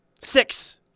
six